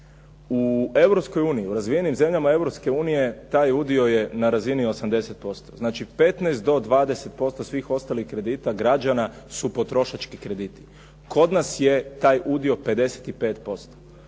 u Europskoj uniji, u razvijenijim zemljama Europske unije taj udio je na razini 80%, znači 15 do 20% svih ostalih kredita građana su potrošački krediti. Kod nas je taj udio 55%.